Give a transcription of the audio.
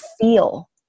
feel